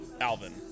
Alvin